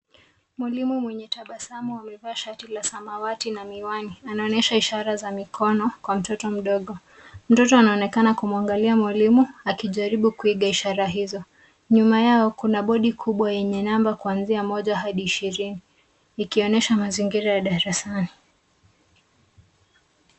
Mwalimu mwenye tabasamu amevaa shati la samawati na miwani anaonyesha ishara za mikono kwa mtoto mdogo mtoto anaonekana kumwangalia mwalimu akijaribu kuiga ishara hizo nyuma yao kuna bodi kubwa yenye namba kuanzia moja hadi ishirini ikonyesha mazingira ya darasani.